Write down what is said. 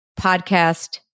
podcast